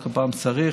לא כל פעם צריך,